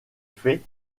faits